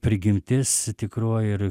prigimtis tikroji ir